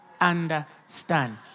understand